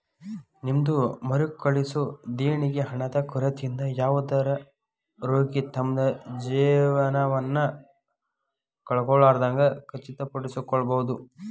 ನಿಮ್ದ್ ಮರುಕಳಿಸೊ ದೇಣಿಗಿ ಹಣದ ಕೊರತಿಯಿಂದ ಯಾವುದ ರೋಗಿ ತಮ್ದ್ ಜೇವನವನ್ನ ಕಳ್ಕೊಲಾರ್ದಂಗ್ ಖಚಿತಪಡಿಸಿಕೊಳ್ಬಹುದ್